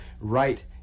Right